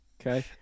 Okay